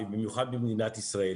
ובמיוחד במדינת ישראל.